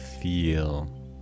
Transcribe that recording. feel